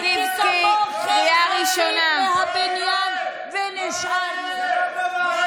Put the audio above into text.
בינתיים יש תומכי טרור יחידים בבניין הזה ועשיתם מהם שרים.